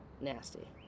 nasty